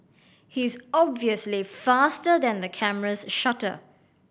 he is obviously faster than the camera's shutter